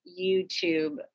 YouTube